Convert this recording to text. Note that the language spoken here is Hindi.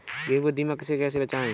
गेहूँ को दीमक से कैसे बचाएँ?